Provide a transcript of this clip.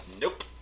Nope